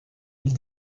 île